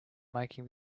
making